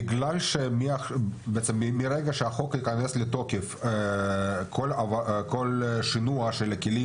בגלל שמרגע שהחוק ייכנס לתוקף כל שינוע של הכלים,